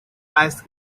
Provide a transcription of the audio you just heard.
ice